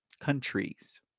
countries